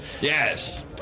Yes